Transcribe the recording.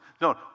No